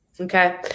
okay